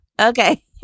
Okay